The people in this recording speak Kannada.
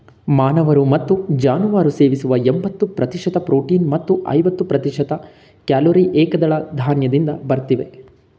ಮಾನವರು ಮತ್ತು ಜಾನುವಾರು ಸೇವಿಸುವ ಎಂಬತ್ತು ಪ್ರತಿಶತ ಪ್ರೋಟೀನ್ ಮತ್ತು ಐವತ್ತು ಪ್ರತಿಶತ ಕ್ಯಾಲೊರಿ ಏಕದಳ ಧಾನ್ಯದಿಂದ ಬರ್ತವೆ